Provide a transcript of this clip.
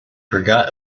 forgot